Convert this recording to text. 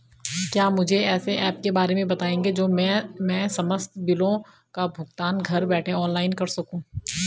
क्या मुझे ऐसे ऐप के बारे में बताएँगे जो मैं समस्त बिलों का भुगतान घर बैठे ऑनलाइन कर सकूँ?